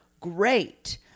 great